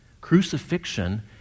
Crucifixion